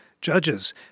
judges